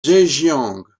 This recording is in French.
zhejiang